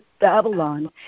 Babylon